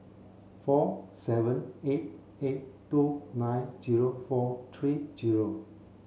four seven eight eight two nine zero four three zero